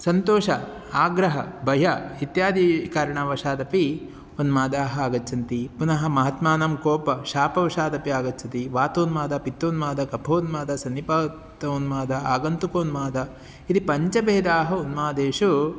सन्तोषः आग्रहः भयम् इत्यादी कारणवशादपि उन्मादाः आगच्छन्ति पुनः महात्मानं कोपः शापवशादपि आगच्छति वातोन्मादः पित्तोन्मादः कफोन्मादः सन्निपातः उन्मादः आगन्तुकोन्मादः इति पञ्चभेदाः उन्मादेषु